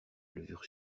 levure